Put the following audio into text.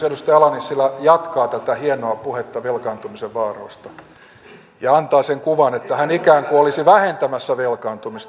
edustaja ala nissilä jatkaa tätä hienoa puhetta velkaantumisen vaaroista ja antaa sen kuvan että hän ikään kuin olisi vähentämässä velkaantumista